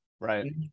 Right